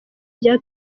rya